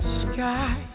sky